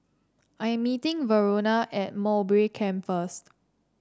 I am meeting Verona at Mowbray Camp first